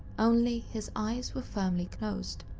only, his eyes were firmly closed.